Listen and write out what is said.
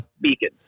beacon